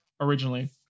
originally